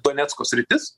donecko sritis